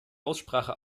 aussprache